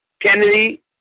Kennedy